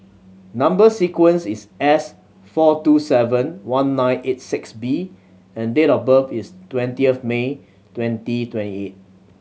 number sequence is S four two seven one nine eight six B and date of birth is twentieth May twenty twenty eight